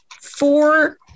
four